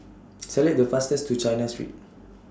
Select The fastest to China Street